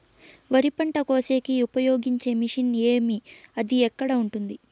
వరి పంట కోసేకి ఉపయోగించే మిషన్ ఏమి అది ఎక్కడ ఉంది?